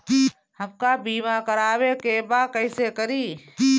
हमका बीमा करावे के बा कईसे करी?